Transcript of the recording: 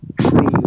tree